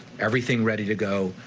everything ready to go,